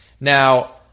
Now